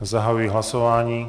Zahajuji hlasování.